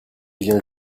vient